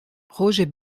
roger